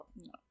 no